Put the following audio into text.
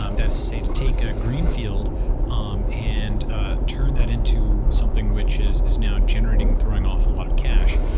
um that's say, to take a greenfield um and ah turn that into something which is is now generating and throwing off a lot of cash.